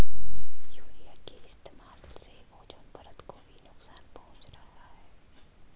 urea के इस्तेमाल से ओजोन परत को भी नुकसान पहुंच रहा है